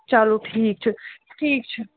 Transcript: چلو ٹھیٖک چھِ ٹھیٖک چھِ